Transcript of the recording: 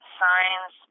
signs